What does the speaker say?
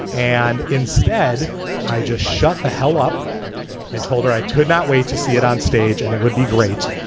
and instead i just shut the hell up and told her i could not wait to see it on stage and it would be great.